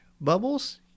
Bubbles